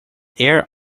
air